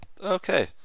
okay